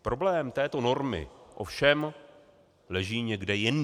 Problém této normy ovšem leží někde jinde.